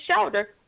shoulder